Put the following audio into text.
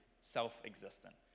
self-existent